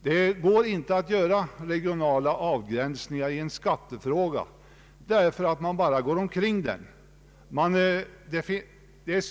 Det går inte att göra regionala avgränsningar i en skattefråga, ty man bara går omkring dem.